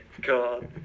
god